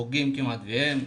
כמעט שאין חוגים,